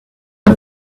the